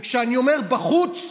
וכשאני אומר בחוץ,